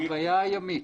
חוויה ימית.